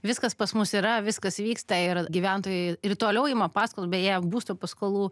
viskas pas mus yra viskas vyksta ir gyventojai toliau ima paskolas beje būsto paskolų